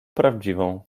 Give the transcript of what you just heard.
prawdziwą